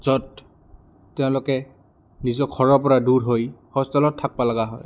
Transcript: য'ত তেওঁলোকে নিজৰ ঘৰৰপৰা দূৰ হৈ হোষ্টেলত থাকবা লগা হয়